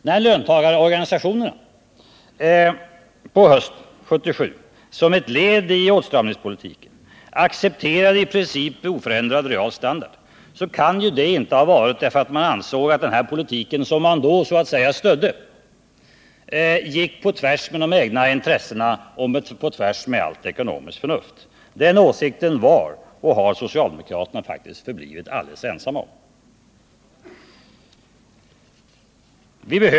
När löntagarorganisationerna på hösten 1977 som ett led i åtstramningspolitiken accepterade i princip oförändrad real standard, så kan ju det inte ha berott på att man ansåg att den här politiken, som man därigenom stödde, gick på tvärs med de egna intressena och på tvärs med allt ekonomiskt förnuft. Den åsikten var och har socialdemokraterna faktiskt förblivit alldeles ensamma om.